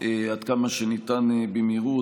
עד כמה שאפשר במהירות,